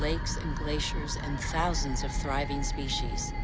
lakes and glaciers, and thousands of thriving species.